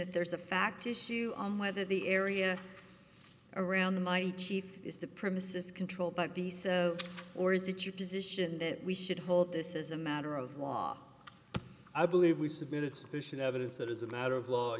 that there is a fact issue on whether the area around the mighty chief is the premises control but be said or is it your position that we should hold this is a matter of law i believe we submitted sufficient evidence that as a matter of law